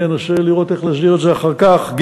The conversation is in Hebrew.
אני אנסה לראות איך להסדיר את זה אחר כך,